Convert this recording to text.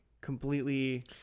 completely